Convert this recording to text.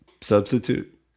substitute